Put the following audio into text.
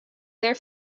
there